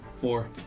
Four